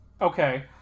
Okay